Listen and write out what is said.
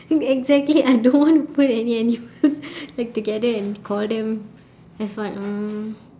exactly I don't want to put any animals like together and call them as what uh